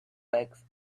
bags